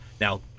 Now